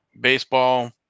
Baseball